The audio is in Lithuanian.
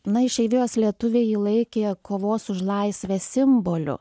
na išeivijos lietuviai jį laikė kovos už laisvę simboliu